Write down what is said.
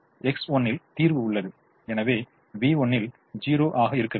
X1 ல் தீர்வு உள்ளது எனவே v1ல் 0 ஆக இருக்க வேண்டும்